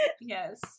yes